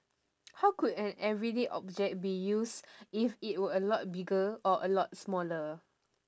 how could an everyday object be used if it were a lot bigger or a lot smaller